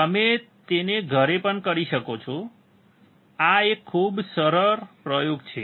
તમે તેને ઘરે પણ કરી શકો છો આ એક ખૂબ જ સરળ પ્રયોગ છે